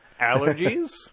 Allergies